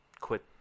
quit